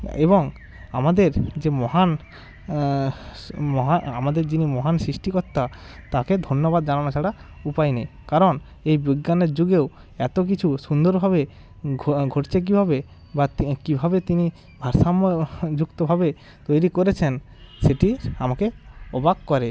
এবং আমাদের যে মহান মহা আমাদের যিনি মহান সৃষ্টিকর্তা তাকে ধন্যবাদ জানানো ছাড়া উপায় নেই কারণ এই বিজ্ঞানের যুগেও এত কিছু সুন্দরভাবে ঘটছে কিভাবে বা তি কিভাবে তিনি ভারসাম্য যুক্তভাবে তৈরি করেছেন সেটি আমাকে অবাক করে